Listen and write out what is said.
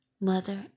Mother